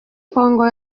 kongo